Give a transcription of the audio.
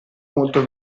molto